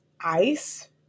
ice